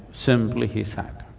simply he sat.